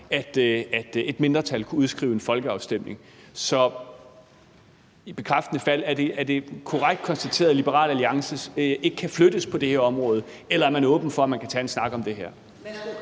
at et mindretal kunne udskrive en folkeafstemning. Så er det i bekræftende fald korrekt konstateret, at Liberal Alliance ikke kan flyttes på det her område? Eller er man åben for, at man kan tage en snak om det her?